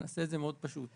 נעשה את זה מאוד פשוט.